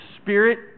Spirit